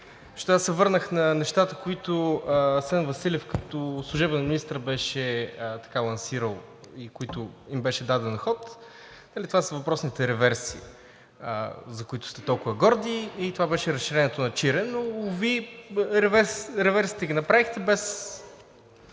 аз се върнах на нещата, които Асен Василев като служебен министър беше лансирал и на които им беше даден ход, това са въпросните реверси, за които сте толкова горди, и това беше разширението на Чирен, но уви, реверсите ги направихте, без